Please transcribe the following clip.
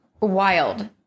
wild